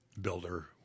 builder